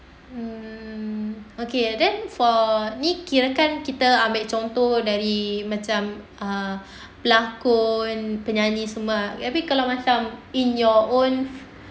mm okay then for ni kirakan kita ambil contoh dari macam uh pelakon penyanyi semua habis kalau macam in your own